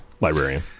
Librarian